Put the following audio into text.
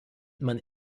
man